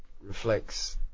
reflects